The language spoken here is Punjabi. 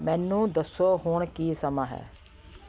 ਮੈਨੂੰ ਦੱਸੋੋ ਹੁਣ ਕੀ ਸਮਾਂ ਹੈ